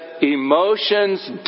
emotions